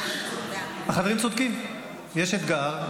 החברים צודקים, יש אתגר.